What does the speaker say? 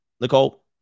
Nicole